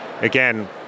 again